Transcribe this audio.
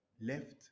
Left